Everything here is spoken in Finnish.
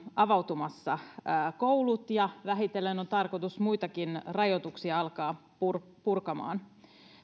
avautumassa koulut ja vähitellen on tarkoitus muitakin rajoituksia alkaa purkamaan